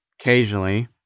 occasionally